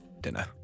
dinner